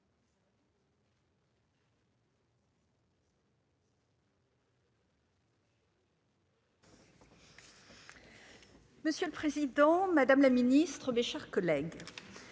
Madame la présidente, madame la ministre, mes chers collègues,